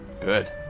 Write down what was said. Good